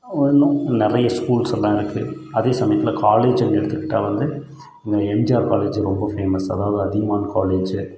இன்னும் நிறைய ஸ்கூல்ஸ் எல்லாம் இருக்குது அதே சமயத்தில் காலேஜ் எடுத்துக்கிட்டால் வந்து எம்ஜிஆர் காலேஜு ரொம்ப ஃபேமஸு அதாவது அதியமான் காலேஜ்